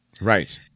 Right